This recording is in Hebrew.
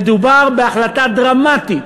מדובר בהחלטה דרמטית,